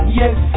yes